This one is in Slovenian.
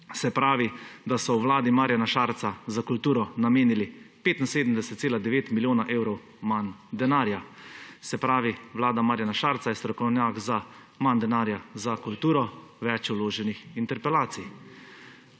Se pravi, da so v vladi Marjana Šarca za kulturo namenili 75,9 milijona evrov manj denarja. Se pravi, vlada Marjana Šarca je strokovnjak za manj denarja za kulturo, več vloženih interpelacij.